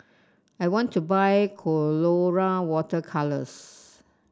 I want to buy Colora Water Colours